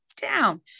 down